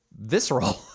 visceral